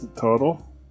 total